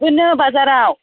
होनो बाजाराव